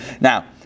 Now